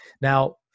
now